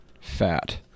Fat